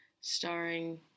starring